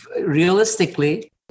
realistically